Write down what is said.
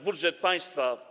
Budżet państwa.